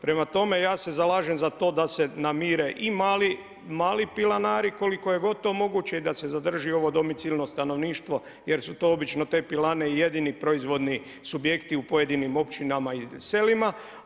Prema tome, ja se zalažem za to da se namire i mali pilanari koliko je god to moguće i da se zadrži ovo domicilno stanovništvo jer su to obično te pilane i jedini proizvodni subjekti u pojedinim općinama i selima.